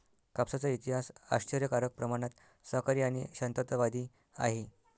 कापसाचा इतिहास आश्चर्यकारक प्रमाणात सहकारी आणि शांततावादी आहे